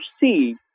see